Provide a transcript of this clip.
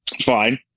Fine